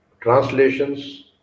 Translations